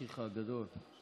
אחיך הגדול.